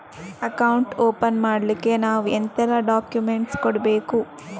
Account open ಮಾಡ್ಲಿಕ್ಕೆ ನಾವು ಎಂತೆಲ್ಲ ಡಾಕ್ಯುಮೆಂಟ್ಸ್ ಕೊಡ್ಬೇಕು?